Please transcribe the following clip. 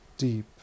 Deep